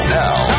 now